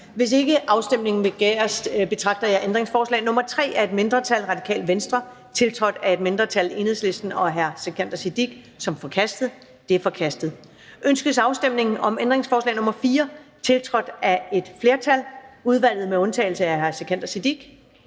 Hvis ikke afstemning begæres, betragter jeg ændringsforslag nr. 3 af et mindretal (RV), tiltrådt af et mindretal (EL og Sikandar Siddique (UFG)), som forkastet. Det er forkastet. Ønskes afstemning om ændringsforslag nr. 4, tiltrådt af et flertal (udvalget med undtagelse af Sikandar Siddique